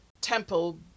temple